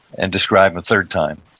and describe a third time.